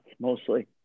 mostly